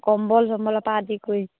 কম্বল চম্বলৰ পৰা আদি কৰি